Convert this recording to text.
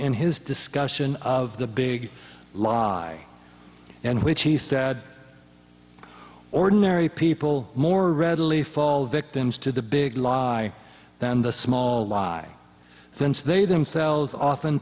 in his discussion of the big lie and which he said ordinary people more readily fall victims to the big lie than the small lie since they themselves often